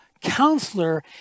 counselor